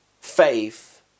faith